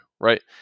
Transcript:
right